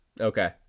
Okay